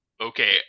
okay